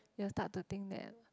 you will start to think that